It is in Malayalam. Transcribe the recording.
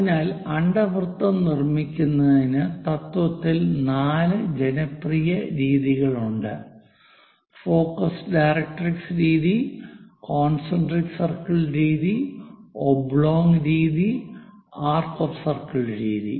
അതിനാൽ അണ്ഡവൃത്തം നിർമ്മിക്കുന്നതിന് തത്വത്തിൽ നാല് ജനപ്രിയ രീതികളുണ്ട് ഫോക്കസ് ഡയറക്ട്രിക്സ് focus - directrix രീതി കോൺസെൻട്രിക് സർക്കിൾ രീതി ഒബ്ലോങ് രീതി ആർക്ക് ഓഫ് സർക്കിൾ രീതി